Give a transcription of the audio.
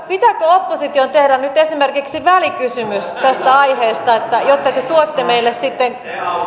pitääkö opposition tehdä nyt esimerkiksi välikysymys tästä aiheesta jotta te tuotte meille sitten